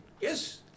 Yes